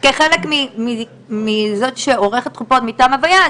כחלק מזה שאני עורכת חופות מטעם הויה,